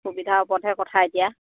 সুবিধাৰ ওপৰতহে কথা এতিয়া